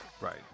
Right